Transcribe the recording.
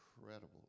incredible